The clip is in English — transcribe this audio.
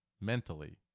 mentally